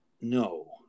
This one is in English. No